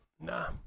nah